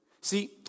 See